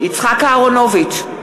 יצחק אהרונוביץ,